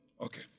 Okay